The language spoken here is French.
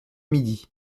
midi